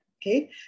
okay